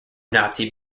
nazi